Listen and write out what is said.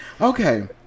Okay